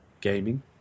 gaming